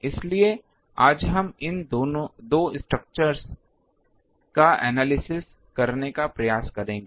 इसलिए आज हम इन दो स्ट्रक्चरस का एनालाइस करने का प्रयास करेंगे